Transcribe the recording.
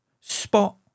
spot